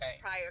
Prior